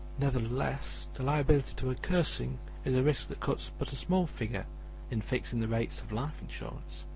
nevertheless, the liability to a cursing is a risk that cuts but a small figure in fixing the rates of life insurance.